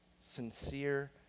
sincere